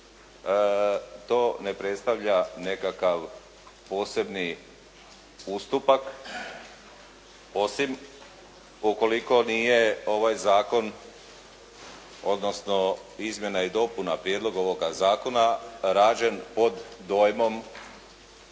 To ne predstavlja nekakav posebni ustupak osim ukoliko nije ovaj zakon, odnosno izmjena i dopuna, prijedlog ovoga zakona rađen pod dojmom